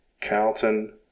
Carlton